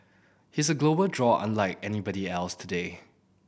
he's a global draw unlike anybody else today